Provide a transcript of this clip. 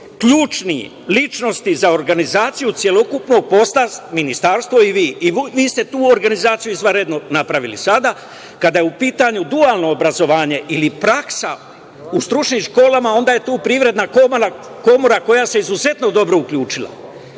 širinu. Ključne ličnosti za organizaciju celokupnog posla - ministarstvo i vi. Vi ste tu organizaciju izvanredno napravili. Kada je u pitanju dualno obrazovanje, ili praksa u stručnim školama, onda je tu Privredna komora koja se izuzetno dobro uključila.